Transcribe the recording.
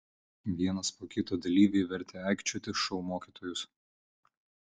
vienas po kito dalyviai vertė aikčioti šou mokytojus